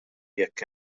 jekk